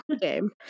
game